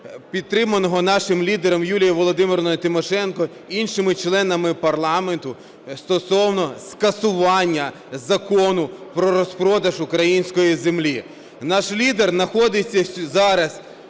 підтриманого нашим лідером Юлією Володимирівною Тимошенко, іншими членами парламенту стосовно скасування Закону про розпродаж української землі. Наш лідер знаходиться зараз